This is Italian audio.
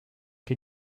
che